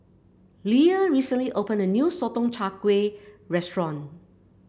Leah recently opened a new Sotong Char Kway restaurant